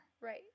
Right